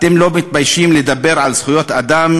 אתם לא מתביישים לדבר על זכויות אדם